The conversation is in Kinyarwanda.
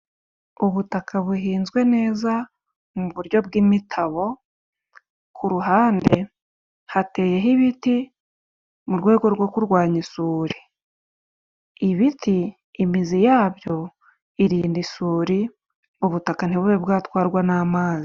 Ubutaka buhinzwe neza mu buryo bw'imitabo, ku ruhande hateyeho ibiti mu rwego rwo kurwanya isuri. ibiti imizi yabyo irinda isuri ubutaka ntibube bwatwarwa n'amazi.